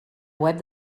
web